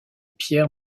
pier